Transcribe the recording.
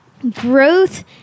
Growth